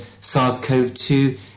SARS-CoV-2